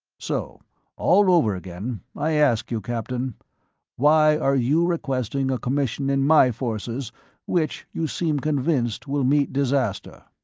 so all over again i ask you, captain why are you requesting a commission in my forces which you seem convinced will meet disaster?